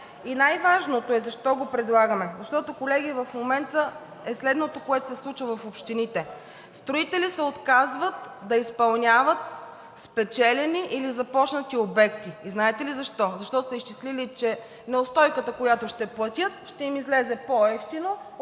И най-важното – защо го предлагаме? Защото, колеги, в момента е следното, което се случва в общините. Строители се отказват да изпълняват спечелени и незапочнати обекти. Знаете ли защо? Защото са изчислили, че неустойката, която ще платят, ще им излезе по-евтино,